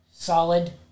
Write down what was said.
Solid